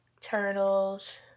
Turtles